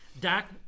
Dak